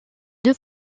deux